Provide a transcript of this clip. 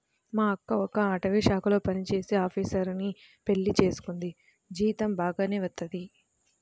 మా అక్క ఒక అటవీశాఖలో పనిజేసే ఆపీసరుని పెళ్లి చేసుకుంది, జీతం బాగానే వత్తది